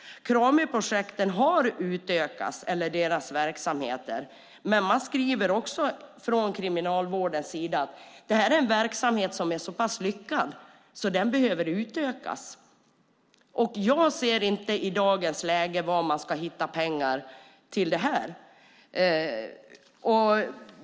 Kramiprojektens verksamheter har utökats, men Kriminalvården skriver också att detta är en verksamhet som är så pass lyckad att den behöver utökas. Jag ser inte i dagens läge var man ska hitta pengar till detta.